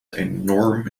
enorm